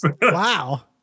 Wow